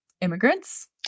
immigrants